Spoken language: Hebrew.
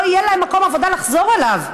לא יהיה להן מקום עבודה לחזור אליו.